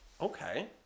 Okay